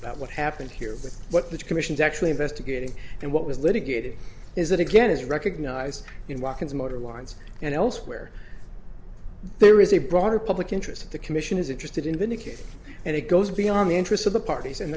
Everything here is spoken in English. about what happened here what the commission's actually investigating and what was litigated is that again is recognized in watkins motor winds and elsewhere there is a broader public interest the commission is interested in vindicating and it goes beyond the interests of the parties and